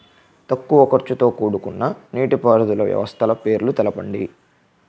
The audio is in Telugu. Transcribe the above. తక్కువ ఖర్చుతో కూడుకున్న నీటిపారుదల వ్యవస్థల పేర్లను తెలపండి?